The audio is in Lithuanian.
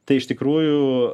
tai iš tikrųjų